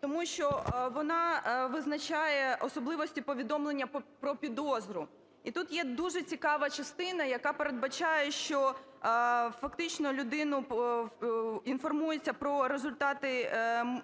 тому що вона визначає особливості повідомлення про підозру. І тут є дуже цікава частина, яка передбачає, що фактично людина інформується про результати